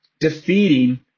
Defeating